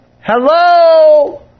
Hello